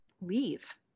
leave